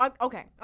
okay